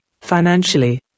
financially